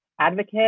advocate